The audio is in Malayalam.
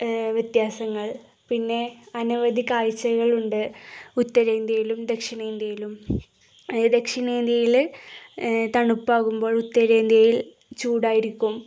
വ്യത്യാസങ്ങൾ പിന്നെ അനവധി കാഴ്ചകളുണ്ട് ഉത്തരേന്ത്യയിലും ദക്ഷിണേന്ത്യയിലും ദക്ഷിണേന്ത്യയില് തണുപ്പാകുമ്പോൾ ഉത്തരേന്ത്യയിൽ ചൂടായിരിക്കും